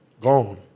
Gone